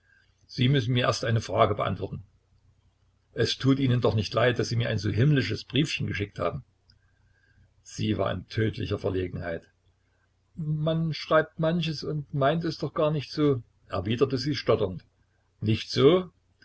sie müssen mir erst eine frage beantworten es tut ihnen doch nicht leid daß sie mir ein so himmlisches briefchen geschickt haben sie war in tödlicher verlegenheit man schreibt manches und meint es doch gar nicht so erwiderte sie stotternd nicht so